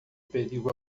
perigo